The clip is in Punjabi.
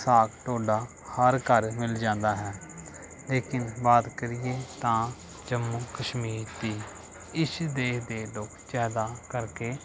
ਸਾਗ ਢੋਲਾ ਹਰ ਘਰ ਮਿਲ ਜਾਂਦਾ ਹੈ ਲੇਕਿਨ ਬਾਤ ਕਰੀਏ ਤਾਂ ਜੰਮੂ ਕਸ਼ਮੀਰ ਦੀ ਇਸ ਦੇਸ਼ ਦੇ ਲੋਕ ਜ਼ਿਆਦਾ ਕਰਕੇ